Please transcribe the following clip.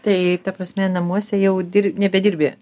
tai ta prasme namuose jau dir nedirbi